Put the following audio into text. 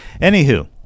Anywho